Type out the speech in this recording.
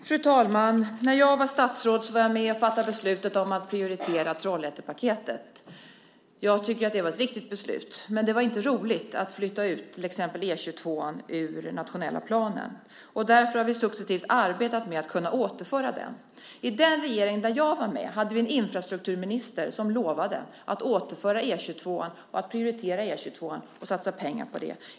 Fru talman! När jag var statsråd var jag med och fattade beslutet om att prioritera Trollhättepaketet. Jag tycker att det var ett riktigt beslut, men det var inte roligt att flytta ut till exempel E 22:an ur den nationella planen. Därför har vi successivt arbetat med att kunna återföra den. I den regering där jag var med hade vi en infrastrukturminister som lovade att återföra E 22:an, att prioritera E 22:an och satsa pengar på det.